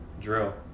drill